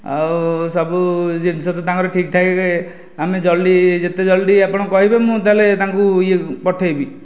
ଆଉ ସବୁ ଜିନିଷ ତ ତାଙ୍କର ଠିକଠାକ୍ ଆମେ ଜଲ୍ଦି ଯେତେ ଜଲ୍ଦି ଆପଣ କହିବେ ମୁଁ ତାହେଲେ ତାଙ୍କୁ ଇଏ ପଠେଇବି